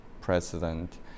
president